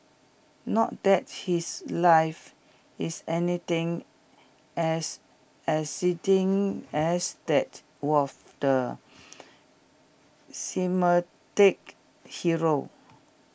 not that his life is anything as exciting as that was the hero